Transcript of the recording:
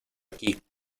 aquí